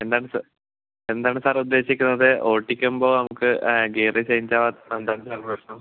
എന്താണ് സാർ എന്താണ് സാർ ഉദ്ദേശിക്കുന്നത് ഓടിക്കുമ്പോൾ നമുക്ക് ഗിയറ് ചേഞ്ച് ആവാത്ത എന്താണ് സാർ പ്രശ്നം